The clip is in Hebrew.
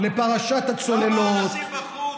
לפרשת הצוללות, כמה אנשים בחרו אותך?